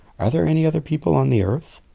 are there any other people on the earth?